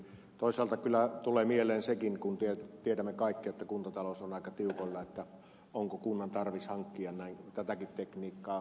toisaalta kyllä tulee mieleen sekin kun tiedämme kaikki että kuntatalous on aika tiukoilla onko kunnan tarvis hankkia tätäkin tekniikkaa